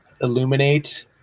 illuminate